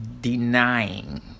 denying